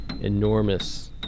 enormous